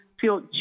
feel